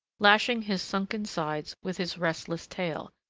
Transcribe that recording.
lashing his sunken sides with his restless tail,